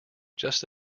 just